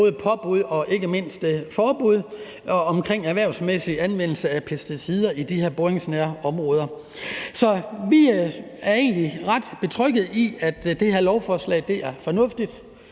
udstede påbud og ikke mindst forbud i forbindelse med erhvervsmæssig anvendelse af pesticider i de her boringsnære områder. Så vi er egentlig ret betrygget i, at det her lovforslag er fornuftigt.